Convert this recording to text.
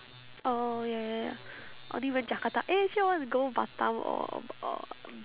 oh ya ya ya I only went jakarta eh actually I wanna go batam or or